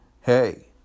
Hey